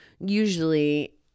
usually